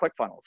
ClickFunnels